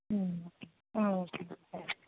okay okay thank you